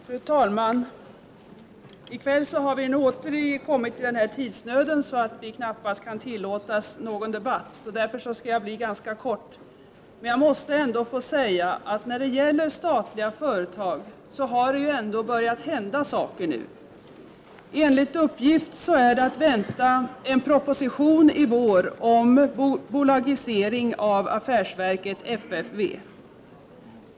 Fru talman! I kväll har vi åter kommit i sådan tidsnöd att vi knappast kan tillåta någon debatt. Jag skall därför fatta mig ganska kort. Jag måste ändå få säga att när det gäller statliga företag har det börjat hända en del saker nu. Enligt uppgift kan vi vänta en proposition i vår om bolagisering av affärsverket FFV.